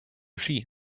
ski